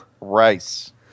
Rice